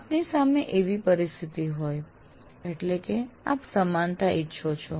આપની સામે એવી પરિસ્થિતિ હોય એટલે કે આપ સમાનતા ઈચ્છો છો